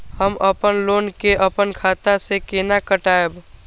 हम अपन लोन के अपन खाता से केना कटायब?